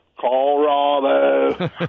Colorado